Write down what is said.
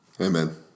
Amen